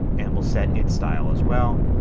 and we'll set its style as well.